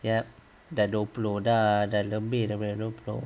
yup dah dua puluh dah dah lebih daripada dua puluh